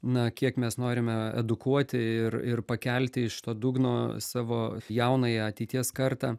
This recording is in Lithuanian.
na kiek mes norime edukuoti ir ir pakelti iš to dugno savo jaunąją ateities kartą